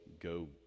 go